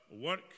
work